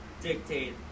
dictate